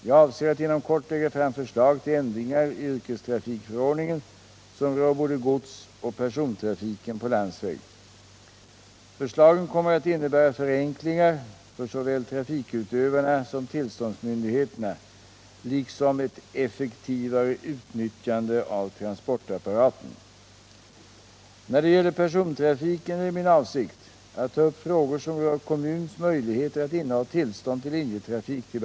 Jag avser att inom kort lägga fram förslag till ändringar i yrkestrafiksförordningen som rör både godsoch persontrafiken på landsväg. Förslagen kommer att innebära förenklingar för såväl trafikutövarna som tillståndsmyndigheterna liksom ett effektivare utnyttjande av transportapparaten. När det gäller persontrafiken är det min avsikt att ta upp till behandling frågor som rör kommuns möjlighet att inneha tillstånd till linjetrafik.